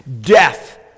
Death